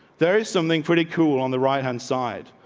there is something pretty cool on the right hand side.